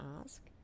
ask